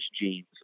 genes